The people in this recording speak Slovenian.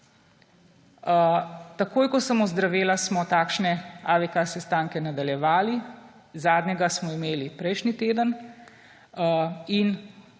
Takoj, ko sem ozdravela, smo takšne AVK sestanke nadaljevali, zadnjega smo imeli prejšnji teden. In